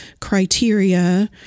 criteria